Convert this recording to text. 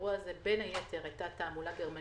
לאירוע הזה, בין היתר, הייתה תעמולה גרמנית